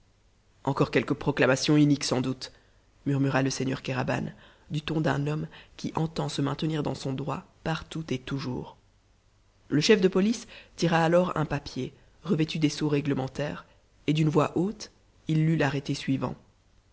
encore quelque proclamation inique sans doute murmura le seigneur kéraban du ton d'un homme qui entend se maintenir dans son droit partout et toujours le chef de police tira alors un papier revêtu des sceaux réglementaires et d'une voix haute il lut l'arrêté suivant